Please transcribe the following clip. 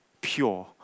pure